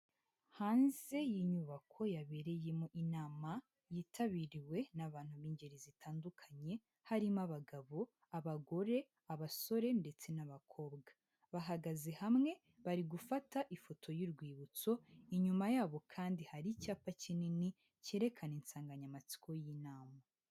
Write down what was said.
Hanze y'inyubako yabereyemo inama yitabiriwe n'abantu b'ingeri zitandukanye, harimo abagabo, abagore, abasore ndetse n'abakobwa bahagaze hamwe bari gufata ifoto y'urwibutso, inyuma yabo kandi hari icyapa kinini cyerekana insanganyamatsiko y'inama.